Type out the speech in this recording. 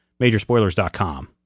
Majorspoilers.com